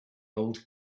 old